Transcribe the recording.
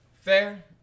fair